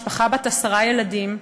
משפחה בת עשרה ילדים,